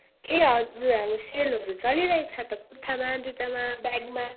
ए हजुर हाम्रो सेलहरू चलिरहेको छ त कुर्थामा जुत्तामा ब्यागमा